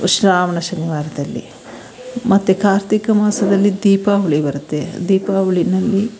ಶ್ರಾವಣ ಶನಿವಾರದಲ್ಲಿ ಮತ್ತೆ ಕಾರ್ತಿಕ ಮಾಸದಲ್ಲಿ ದೀಪಾವಳಿ ಬರುತ್ತೆ ದೀಪಾವಳಿಯಲ್ಲಿ